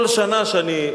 כל שנה שאני,